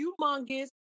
humongous